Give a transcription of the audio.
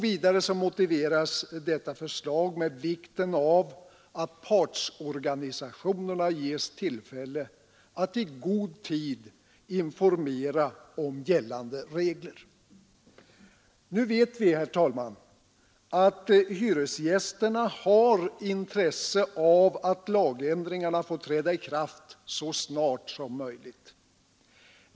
Vidare motiveras detta förslag med vikten av att partsorganisationerna ges tillfälle att i god tid informera om gällande regler. Nu vet vi, herr talman, att hyresgästerna har intresse av att lagändringarna får träda i kraft så snart som möjligt.